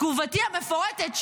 תגובתי המפורטת,